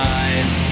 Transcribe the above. eyes